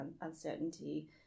uncertainty